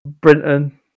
Brinton